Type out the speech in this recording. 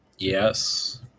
Yes